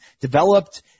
developed